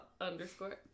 underscore